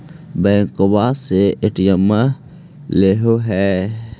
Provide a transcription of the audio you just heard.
बैंकवा से ए.टी.एम लेलहो है?